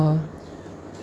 oo